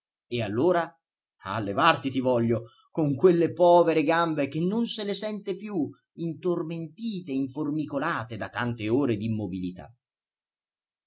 e allora a levarti ti voglio con quelle povere gambe che non se le sente più intormentite e informicolate da tante ore